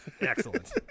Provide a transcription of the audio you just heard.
Excellent